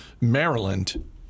Maryland